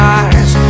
eyes